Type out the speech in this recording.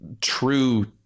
true